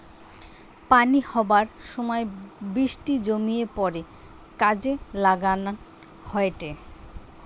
পানি হবার সময় বৃষ্টি জমিয়ে পড়ে কাজে লাগান হয়টে